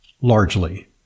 largely